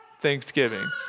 thanksgiving